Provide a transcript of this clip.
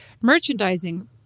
merchandising